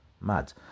Mad